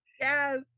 Yes